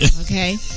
okay